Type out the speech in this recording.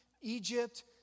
Egypt